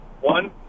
One